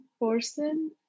person